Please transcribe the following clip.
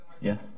Yes